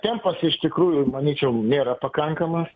tempas iš tikrųjų manyčiau nėra pakankamas